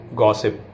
gossip